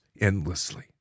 endlessly